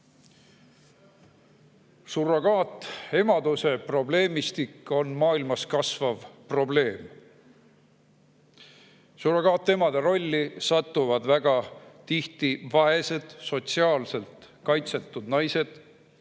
probleemistik on maailmas kasvav probleem. Surrogaatema rolli satuvad väga tihti vaesed, sotsiaalselt kaitsetud naised,